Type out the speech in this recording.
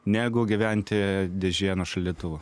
negu gyventi dėžėje nuo šaldytuvo